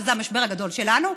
שזה המשבר הגדול שלנו,